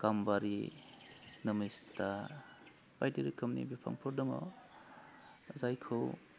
गाम्बारि नमिस्था बायदि रोखोमनि बिफांफोर दङ जायखौ